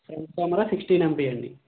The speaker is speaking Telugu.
ఫ్రంట్ కెమెరా సిక్సటీన్ ఎంపీ అండి